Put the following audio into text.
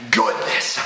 goodness